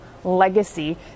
legacy